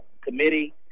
committee